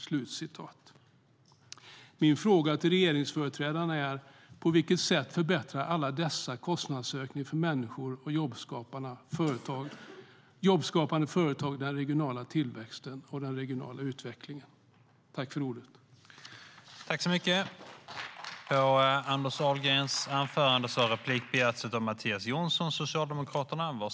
"